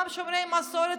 גם שומרי המסורת,